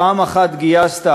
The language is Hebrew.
פעם אחת גייסת,